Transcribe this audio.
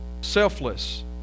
Selfless